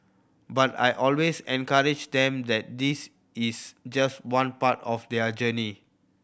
but I always encourage them that this is just one part of their journey